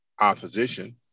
opposition